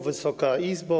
Wysoka Izbo!